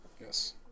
Yes